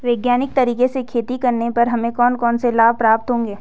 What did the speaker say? वैज्ञानिक तरीके से खेती करने पर हमें कौन कौन से लाभ प्राप्त होंगे?